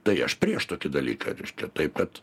tai aš prieš tokį dalyką reiškia taip kad